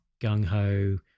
gung-ho